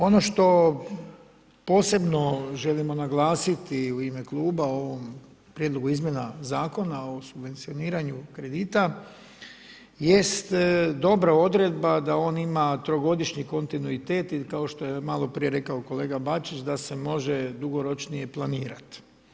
Ono što posebno želimo naglasit u ime kluba o ovome Prijedlogu izmjena Zakona o subvencioniranju kredita jest dobra odredba da on ima trogodišnji kontinuitet i kao što je maloprije rekao kolega Bačić da se može dugoročnije planirat.